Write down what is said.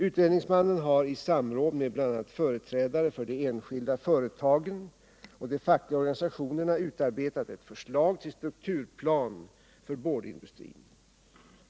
Utredningsmannen har i samråd med bl.a. företrädare för de enskilda företagen och de fackliga organisationerna utarbetat ett förslag till strukturplan för boardindustrin.